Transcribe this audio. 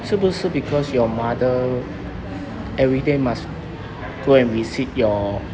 是不是 because your mother everyday must go and visit your